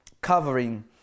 covering